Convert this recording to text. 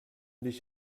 dich